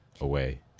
away